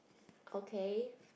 okay